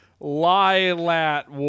Lilat